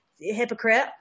Hypocrite